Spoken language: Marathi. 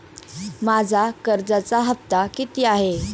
माझा कर्जाचा हफ्ता किती आहे?